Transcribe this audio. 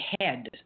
head